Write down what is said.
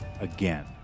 again